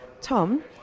tom